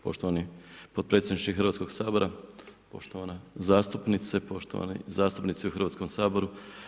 Poštovani potpredsjedniče Hrvatskog sabora, poštovane zastupnice, poštovani zastupnici u Hrvatskom saboru.